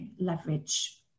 leverage